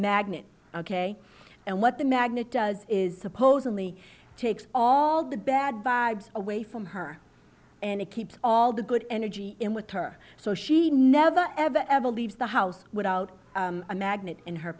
magnet ok and what the magnet does is supposedly takes all the bad vibes away from her and it keeps all the good energy in with her so she never ever ever leaves the house without a magnet in her